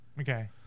Okay